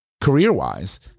Career-wise